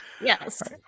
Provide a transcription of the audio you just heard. yes